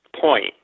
point